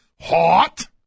Hot